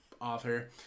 author